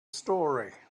story